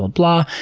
ah blah,